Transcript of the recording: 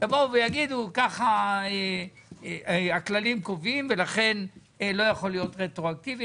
יבואו ויגידו ככה הכללים קובעים ולכן לא יכול להיות רטרואקטיבי.